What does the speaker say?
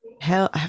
hell